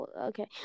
okay